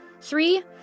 Three